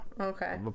Okay